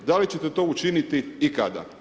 Da li ćete to učiniti i kada?